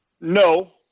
no